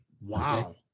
Wow